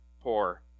poor